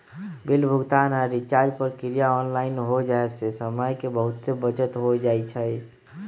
bill भुगतान आऽ recharge प्रक्रिया ऑनलाइन हो जाय से समय के बहुते बचत हो जाइ छइ